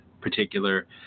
particular